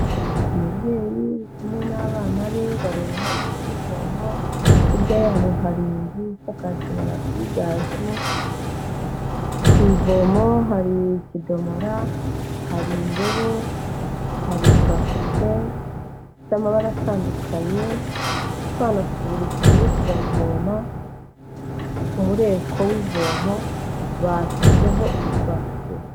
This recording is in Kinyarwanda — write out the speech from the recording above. Umubyeyi kumwe n'abana be bari iruhande rw'ivomo, hirya ya bo hari inzu isakajwe amabati y'igaju, ku ivomo hari ikidomora, hari indobo, hari ibase y'amabara atandukanye. Utwana tubiri turiyo turavoma, ku mureko w'ivomo bashyizeho ibasi.